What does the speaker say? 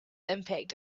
impact